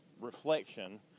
reflection